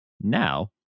Now